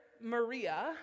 Maria